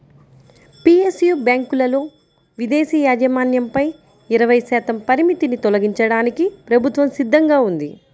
PSU బ్యాంకులలో విదేశీ యాజమాన్యంపై ఇరవై శాతం పరిమితిని తొలగించడానికి ప్రభుత్వం సిద్ధంగా ఉంది